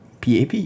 PAP